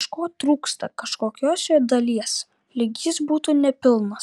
kažko trūksta kažkokios jo dalies lyg jis būtų nepilnas